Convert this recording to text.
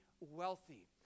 wealthy